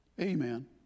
Amen